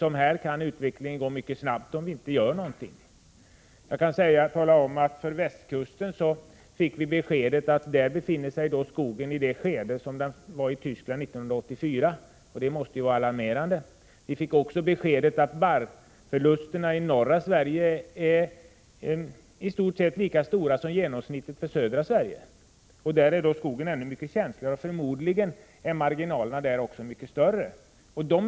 Utvecklingen kan gå mycket snabbt om vi inte gör något. Vi fick beskedet att skogen på västkusten är i ett likadant tillstånd som skogen i Tyskland 1984. Det måste vara alarmerande. Vi fick också beskedet att barrförlusterna i norra Sverige i stort sett är lika omfattande som genomsnittet för södra Sverige, och där är skogen ännu mycket känsligare. Förmodligen är marginalerna där också mycket större.